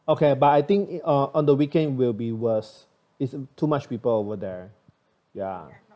okay but I think on on the weekend will be worse isn't too much people over there ya